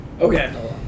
Okay